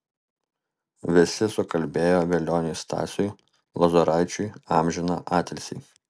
visi sukalbėjo velioniui stasiui lozoraičiui amžiną atilsį